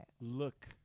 Look